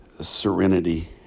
serenity